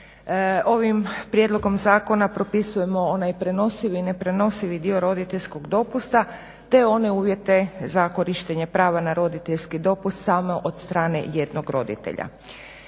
Ovim prijedlogom zakona propisujemo onaj prenosivi i neprenosivi dio roditeljskog dopusta te one uvjete za korištenje prava na roditeljski dopust samo od strane jednog roditelja.